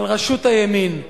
על ראשות הימין.